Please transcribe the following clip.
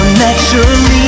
naturally